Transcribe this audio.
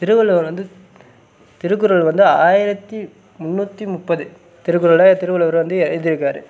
திருவள்ளுவர் வந்து திருக்குறள் வந்து ஆயிரத்தி முந்நூற்றி முப்பது திருக்குறளை திருவள்ளுவர் வந்து எ எழுதிருக்காரு